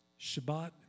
Shabbat